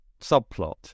subplot